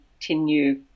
continue